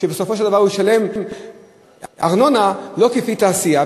שבסופו של דבר הוא ישלם ארנונה לא לפי תעשייה,